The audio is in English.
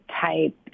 type